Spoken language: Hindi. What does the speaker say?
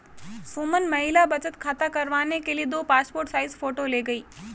सुमन महिला बचत खाता करवाने के लिए दो पासपोर्ट साइज फोटो ले गई